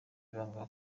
banga